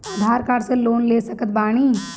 आधार card से loan ले सकत बणी?